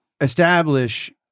establish